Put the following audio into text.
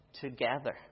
together